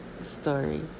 story